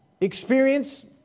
experience